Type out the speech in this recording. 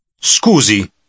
Scusi